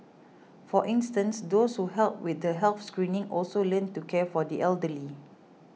for instance those who helped with the health screenings also learnt to care for the elderly